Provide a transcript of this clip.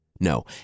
No